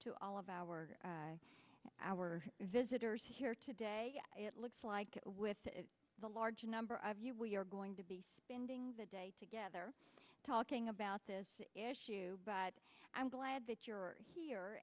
to all of our our visitors here today it looks like with a large number of you we are going to be spending the day together talking about this issue but i'm glad that you're here